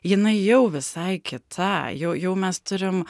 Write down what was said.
jinai jau visai kita jau jau mes turim